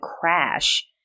crash